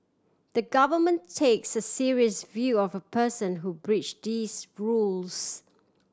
the Government takes a serious view of a person who breach these rules